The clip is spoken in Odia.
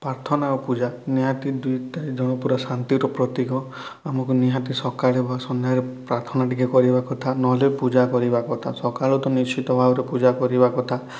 ପ୍ରାର୍ଥନା ଆଉ ପୂଜା ନିହାତି ଦୁଇଟା ଜଣ ପୁରା ଶାନ୍ତିର ପ୍ରତୀକ ଆମକୁ ନିହାତି ସକାଳେ ବା ସନ୍ଧ୍ୟାରେ ପ୍ରାର୍ଥନା ଟିକେ କରିବା କଥା ନ ହେଲେ ପୂଜା କରିବା କଥା ସକାଳୁ ତ ନିଶ୍ଚିତ ଭାବରେ ପୂଜା କରିବା କଥା